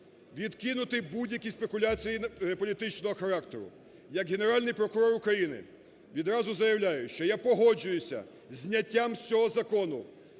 відкинути будь-які спекуляції політичного характеру. Як Генеральний прокурор України відразу заявляю, що я погоджуюся з зняттям з цього закону